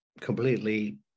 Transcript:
completely